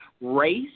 race